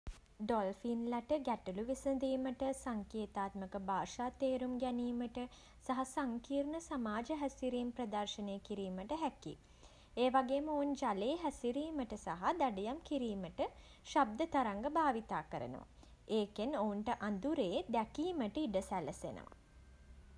ඩොල්ෆින්ලට ගැටළු විසඳීමට සංකේතාත්මක භාෂා තේරුම් ගැනීමට සහ සංකීර්ණ සමාජ හැසිරීම් ප්‍රදර්ශනය කිරීමට හැකියි. ඒ වගේම ඔවුන් ජලයේ සැරිසැරීමට සහ දඩයම් කිරීමට ශබ්ද තරංග භාවිතා කරනවා. ඒකෙන් ඔවුන්ට අඳුරේ "දැකීමට" ඉඩ සැලසෙනවා.